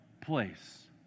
place